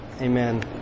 Amen